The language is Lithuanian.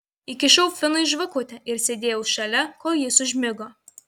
įkišau finui žvakutę ir sėdėjau šalia kol jis užmigo